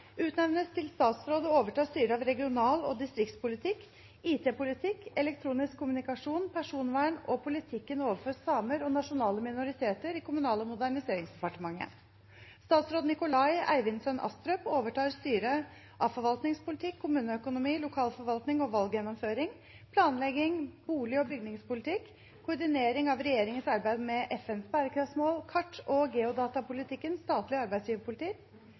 utnevnes til statsråd og overtar styret av regional- og distriktspolitikk, IT-politikk, elektronisk kommunikasjon, personvern og politikken overfor samer og nasjonale minoriteter i Kommunal- og moderniseringsdepartementet. Statsråd Nikolai Eivindssøn Astrup overtar styret av forvaltningspolitikk, kommuneøkonomi, lokalforvaltning og valggjennomføring, planlegging, bolig- og bygningspolitikk, koordinering av regjeringens arbeid med FNs bærekraftsmål, kart- og geodatapolitikken, statlig arbeidsgiverpolitikk,